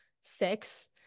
six